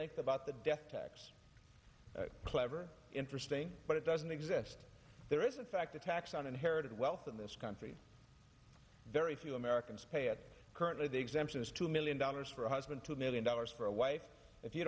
length about the death tax clever interesting but it doesn't exist there is in fact a tax on inherited wealth in this country very few americans pay it currently the exemption is two million dollars for a husband two million dollars for a wife if you